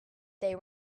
they